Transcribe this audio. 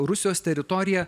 rusijos teritorija